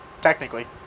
Technically